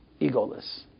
egoless